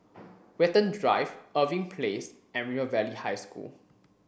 Watten Drive Irving Place and River Valley High School